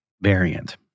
variant